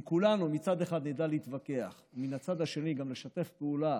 אם כולנו מצד אחד נדע להתווכח ומן הצד השני גם לשתף פעולה